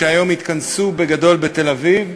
והיום התכנסו בגדול בתל-אביב,